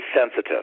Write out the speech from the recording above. sensitive